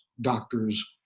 doctors